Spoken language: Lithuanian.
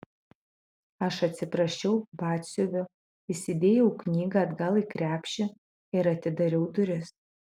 aš atsiprašiau batsiuvio įsidėjau knygą atgal į krepšį ir atidariau duris